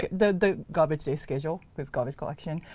the garbage day schedule with garbage collection.